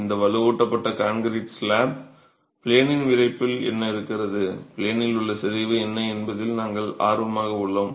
இந்த வலுவூட்டப்பட்ட concrete slab ப்ளேனின் விறைப்பில் என்ன இருக்கிறது ப்ளேனில் உள்ள சிதைவு என்ன என்பதில் நாங்கள் ஆர்வமாக உள்ளோம்